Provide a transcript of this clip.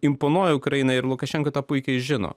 imponuoja ukraina ir lukašenka tą puikiai žino